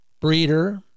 breeder